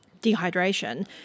dehydration